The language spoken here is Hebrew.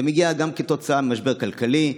זה מגיע גם כתוצאה ממשבר כלכלי,